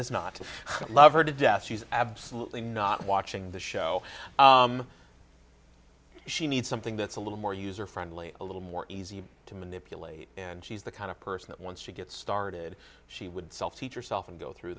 does not love her to death she's absolutely not watching the show she needs something that's a little more user friendly a little more easy to manipulate and she's the kind of person that wants to get started she would sell teach yourself and go through